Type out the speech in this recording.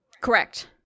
Correct